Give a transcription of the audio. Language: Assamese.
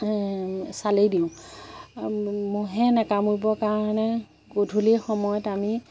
চালি দিওঁ মহে নেকামুৰিবৰ কাৰণে গধূলি সময়ত আমি